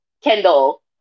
Kendall